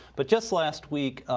but just last week,